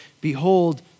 behold